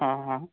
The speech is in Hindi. हाँ हाँ